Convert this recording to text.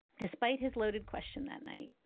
despite his loaded question that night,